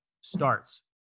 starts